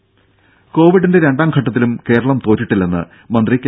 ടെട കോവിഡിന്റെ രണ്ടാം ഘട്ടത്തിലും കേരളം തോറ്റിട്ടില്ലെന്ന് മന്ത്രി കെ